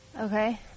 Okay